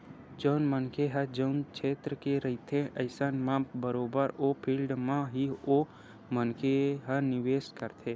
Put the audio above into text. जउन मनखे ह जउन छेत्र के रहिथे अइसन म बरोबर ओ फील्ड म ही ओ मनखे ह निवेस करथे